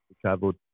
traveled